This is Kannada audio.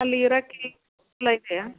ಅಲ್ಲಿ ಇರಾಕೆ ಎಲ್ಲ ಇದೆಯಾ